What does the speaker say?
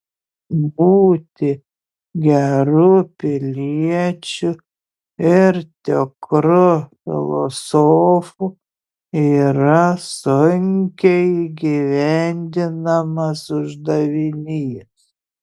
būti geru piliečiu ir tikru filosofu yra sunkiai įgyvendinamas uždavinys